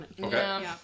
Okay